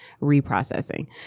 reprocessing